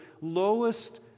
lowest